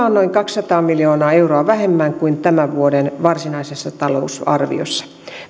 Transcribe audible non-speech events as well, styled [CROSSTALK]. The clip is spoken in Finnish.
[UNINTELLIGIBLE] on noin kaksisataa miljoonaa euroa vähemmän kuin tämän vuoden varsinaisessa talousarviossa